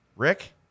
Rick